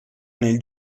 nel